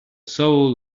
soul